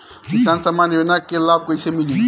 किसान सम्मान योजना के लाभ कैसे मिली?